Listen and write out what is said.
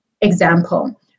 Example